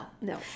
No